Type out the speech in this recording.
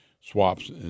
swaps